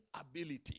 ability